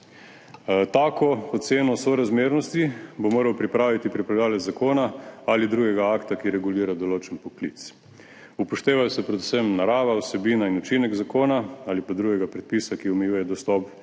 Tako oceno sorazmernosti bo moral pripraviti pripravljavec zakona ali drugega akta, ki regulira določen poklic. Upošteva se predvsem narava, vsebina in učinek zakona ali pa drugega predpisa, ki omejuje dostop